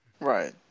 Right